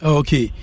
okay